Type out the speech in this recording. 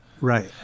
Right